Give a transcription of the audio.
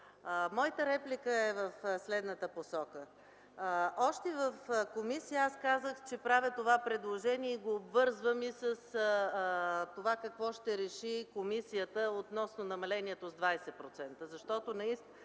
Моята реплика е в следната посока. Още в комисията аз казах, че правя това предложение и го обвързвам и с това какво ще реши комисията относно намалението с 20% на броя на